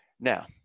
Now